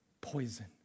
poison